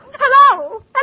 Hello